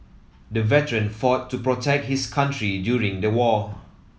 the veteran fought to protect his country during the war